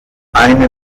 eine